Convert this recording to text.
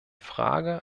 frage